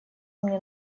мне